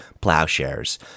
Plowshares